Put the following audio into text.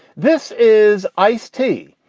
this is ice tea,